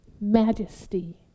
majesty